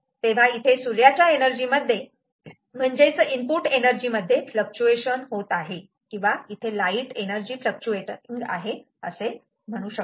तेव्हा इथे सूर्याच्या एनर्जी मध्ये म्हणजेच इनपुट एनर्जी मध्ये फ्लूक्चुएशन होत आहे किंवा इथे लाईट एनर्जी फ्लूक्चुएटिंग आहे असे म्हणतात